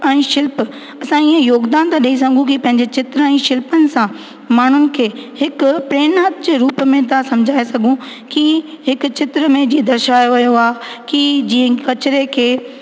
ऐं शिल्प असां ईअं योगदान था सघूं की पंहिंजे चित्रनि ऐं शिल्पनि सां माण्हुनि खे हिकु प्रेरणा जे रुप में था समुझाए सघूं की हिकु चित्र में जीअं दर्शायो वियो आहे की जीअं कचिरे खे